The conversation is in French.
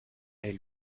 elle